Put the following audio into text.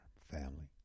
family